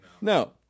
No